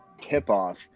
tip-off